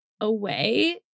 away